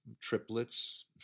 triplets